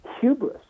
hubris